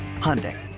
Hyundai